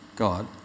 God